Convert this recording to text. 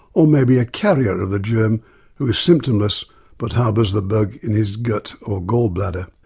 or maybe a carrier of the germ who is symptomless but harbours the bug in his gut or gall bladder.